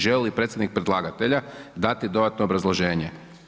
Želi li predstavnik predlagatelja dati dodatno obrazloženje?